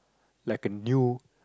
like a new